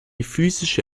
physische